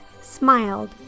smiled